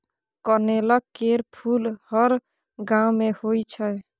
कनेलक केर फुल हर गांव मे होइ छै